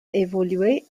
évolué